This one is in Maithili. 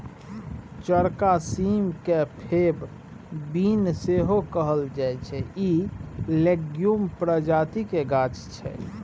चौरका सीम केँ फेब बीन सेहो कहल जाइ छै इ लेग्युम प्रजातिक गाछ छै